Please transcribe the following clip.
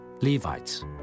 Levites